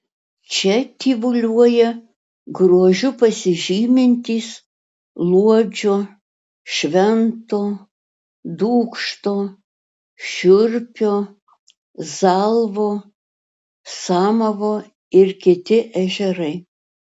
čia tyvuliuoja grožiu pasižymintys luodžio švento dūkšto šiurpio zalvo samavo ir kiti ežerai